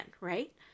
right